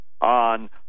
on